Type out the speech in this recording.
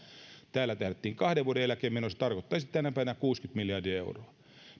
täällä tähdättiin kahden vuoden eläkemenoon ja se tarkoittaisi tänä päivänä kuusikymmentä miljardia euroa